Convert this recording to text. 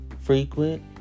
Frequent